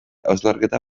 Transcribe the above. hausnarketa